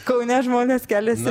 kaune žmonės keliasi